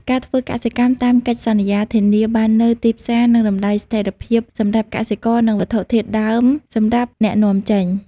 ការធ្វើកសិកម្មតាមកិច្ចសន្យា ធានាបាននូវទីផ្សារ និងតម្លៃស្ថិរភាពសម្រាប់កសិករ និងវត្ថុធាតុដើមសម្រាប់អ្នកនាំចេញ។